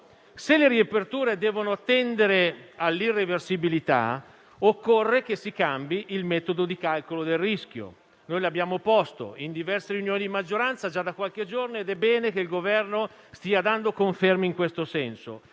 se le riaperture devono tendere all'irreversibilità, occorre che si cambi il metodo di calcolo del rischio. Noi lo abbiamo proposto in diverse riunioni di maggioranza già da qualche giorno ed è bene che il Governo stia dando conferme in questo senso.